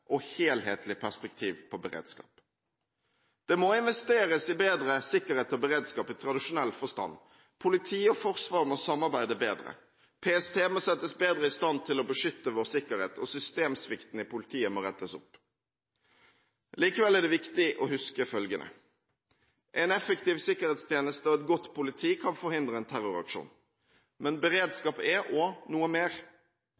og helhetlig perspektiv på beredskap. Det må investeres i bedre sikkerhet og beredskap i tradisjonell forstand. Politi og forsvar må samarbeide bedre, PST må settes bedre i stand til å beskytte vår sikkerhet, og systemsvikten i politiet må rettes opp. Likevel er det viktig å huske følgende: En effektiv sikkerhetstjeneste og et godt politi kan forhindre en terroraksjon, men